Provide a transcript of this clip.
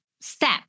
step